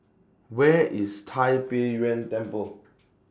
Where IS Tai Pei Yuen Temple